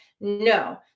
No